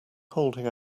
holding